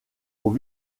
aux